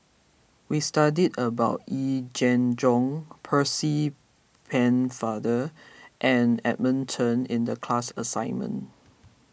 we studied about Yee Jenn Jong Percy Pennefather and Edmund Chen in the class assignment